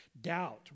Doubt